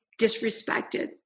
disrespected